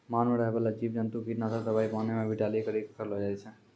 मान मे रहै बाला जिव जन्तु किट नाशक दवाई पानी मे भी डाली करी के करलो जाय छै